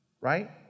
right